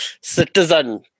Citizen